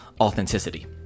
authenticity